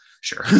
Sure